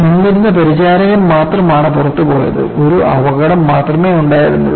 നിന്നിരുന്ന പരിചാരകൻ മാത്രമാണ് പുറത്തു പോയത് ഒരു അപകടം മാത്രമേ ഉണ്ടായിരുന്നുള്ളൂ